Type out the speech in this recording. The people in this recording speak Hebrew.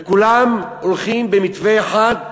וכולם הולכים במתווה אחד,